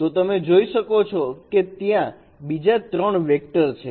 તો તમે જોઈ શકો છો કે ત્યાં બીજા 3 વેક્ટર છે